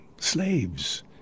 slaves